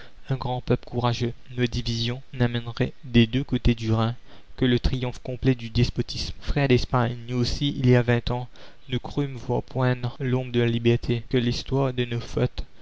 un grand peuple courageux nos divisions n'amèneraient des deux côtés du rhin que le triomphe complet du despotisme la commune frères d'espagne nous aussi il y a vingt ans nous crûmes voir poindre l'aube de la liberté que l'histoire de nos fautes